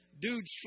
dude's